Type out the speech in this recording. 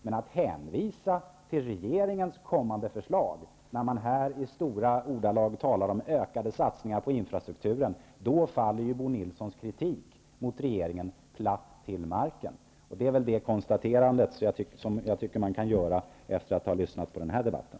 Men att Bo Nilsson hänvisar till regeringens kommande förslag, efter att här i stora ordalag ha talat om ökade satsningar på infrastruktur, innebär ju att hans kritik mot regeringen faller platt till marken. Det är det konstaterande som jag tycker att man kan göra efter att ha lyssnat till den här debatten.